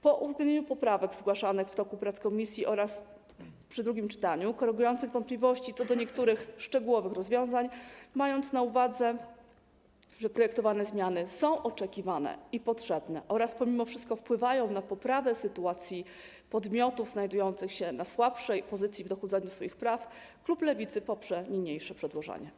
Po uwzględnieniu poprawek zgłaszanych w toku prac komisji oraz przy drugim czytaniu, korygujących wątpliwości co do niektórych szczegółowych rozwiązań, mając na uwadze, że projektowane zmiany są oczekiwane i potrzebne oraz pomimo wszystko wpływają na poprawę sytuacji podmiotów znajdujących się na słabszej pozycji w dochodzeniu swoich praw, klub Lewicy poprze niniejsze przedłożenie.